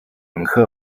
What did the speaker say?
乘客